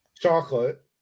Chocolate